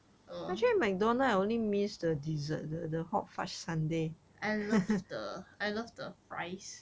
uh I love the I love the fries